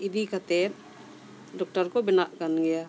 ᱤᱫᱤ ᱠᱟᱛᱮᱫ ᱰᱚᱠᱴᱚᱨ ᱠᱚ ᱵᱮᱱᱟᱜ ᱠᱟᱱ ᱜᱮᱭᱟ